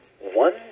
one